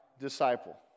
disciple